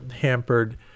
hampered